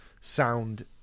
sound